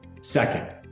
Second